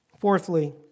Fourthly